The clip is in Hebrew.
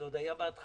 זה עוד היה בהתחלה,